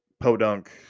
Podunk